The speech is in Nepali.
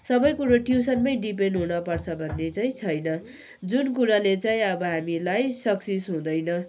सबै कुरो ट्युसनमै डिपेन्ड हुनपर्छ भन्ने चाहिँ छैन जुन कुराले चाहिँ अब हामीलाई सक्सिस हुँदैन